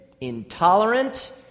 intolerant